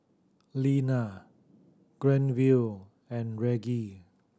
Linna Granville and Reggie